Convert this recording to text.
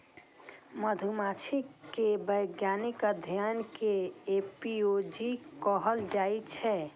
मधुमाछी के वैज्ञानिक अध्ययन कें एपिओलॉजी कहल जाइ छै